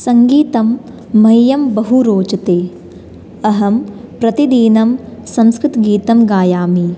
सङ्गीतं मह्यं बहु रोचते अहं प्रतिदिनं संस्कृतगीतं गायामि